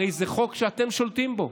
הרי זה חוק שאתם שולטים בו.